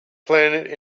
planet